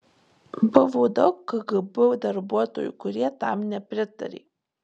buvo daug kgb darbuotojų kurie tam nepritarė